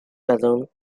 balloon